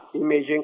imaging